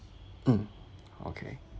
mm okay